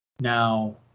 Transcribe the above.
Now